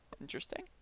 interesting